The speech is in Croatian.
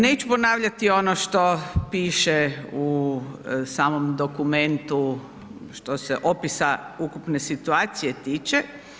Neću ponavljati ono što piše u samom dokumentu, što se opisa ukupne situacije tiče.